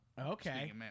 Okay